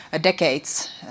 decades